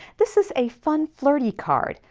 this is a fun flirty card.